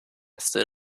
stood